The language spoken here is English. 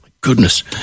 goodness